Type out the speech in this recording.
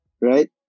right